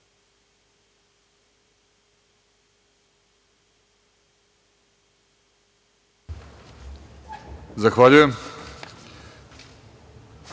Zahvaljujem